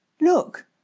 Look